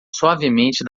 suavemente